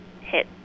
hit